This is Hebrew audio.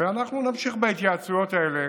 ואנחנו נמשיך בהתייעצויות האלה